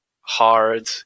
hard